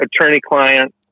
attorney-client